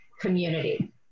community